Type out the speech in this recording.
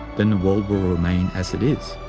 then the world will remain as it is.